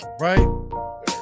right